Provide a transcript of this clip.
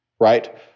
right